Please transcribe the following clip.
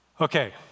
okay